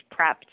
prepped